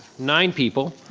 nine people.